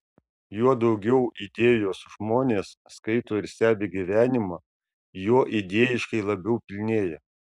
juo daugiau idėjos žmonės skaito ir stebi gyvenimą juo idėjiškai labiau pilnėja